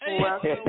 Welcome